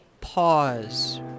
pause